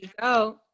go